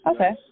Okay